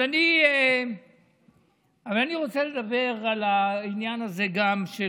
אבל אני רוצה לדבר על העניין הזה של